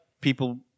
people